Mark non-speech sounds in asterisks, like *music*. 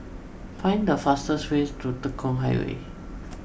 find the fastest way to Tekong Highway *noise*